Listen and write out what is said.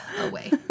away